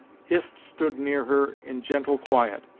hist stood near her in gentle quiet,